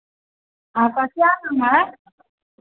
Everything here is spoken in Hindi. आपका क्या नाम है